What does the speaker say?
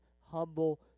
humble